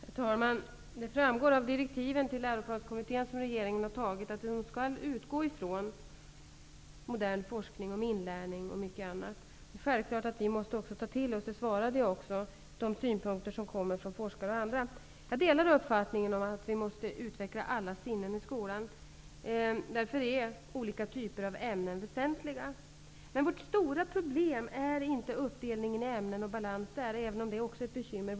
Herr talman! Det framgår av regeringens direktiv till Läroplanskommittén att man skall utgå från modern forskning om bl.a. inlärning. Det är självklart att vi också måste ta till oss forskarnas synpunkter. Det sade jag också i mitt svar. Jag delar uppfattningen att alla sinnen skall utvecklas i skolan. Därför är olika typer av ämnen väsentliga. Vårt stora problem är inte uppdelningen i ämnen och balansen där, även om det också är ett bekymmer.